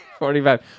45